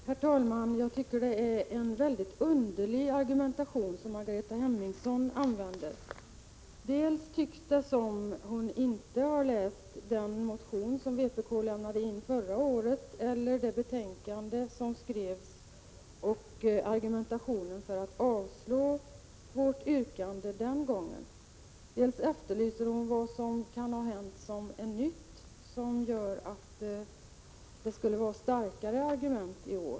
Herr talman! Jag tycker att det är en mycket underlig argumentation som Margareta Hemmingsson använder. Dels tycks det som om Margareta Hemmingsson inte har läst den motion som vpk lämnade in förra året eller det betänkande som då skrevs och den argumentation som framfördes för att avslå vårt yrkande den gången, dels efterlyser Margareta Hemmingsson vad det är för något nytt som har hänt som gör att det skulle finnas starkare argument i år.